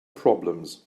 problems